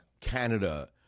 Canada